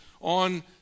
on